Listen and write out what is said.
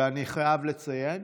ואני חייב לציין